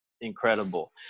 incredible